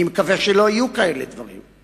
אני מקווה שלא יהיו כאלה דברים.